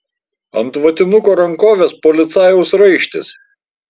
ant vatinuko rankovės policajaus raištis